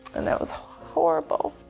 and that was horrible.